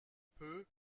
peu